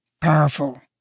powerful